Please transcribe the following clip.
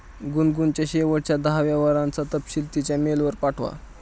गुनगुनच्या शेवटच्या दहा व्यवहारांचा तपशील तिच्या मेलवर पाठवा